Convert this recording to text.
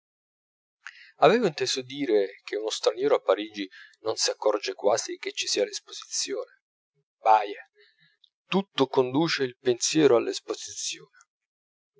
avevo inteso dire che uno straniero a parigi non si accorge quasi che ci sia l'esposizione baie tutto conduce il pensiero all'esposizione